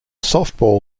softball